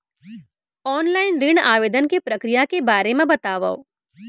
Online ऋण आवेदन के प्रक्रिया के बारे म बतावव?